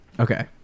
Okay